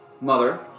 mother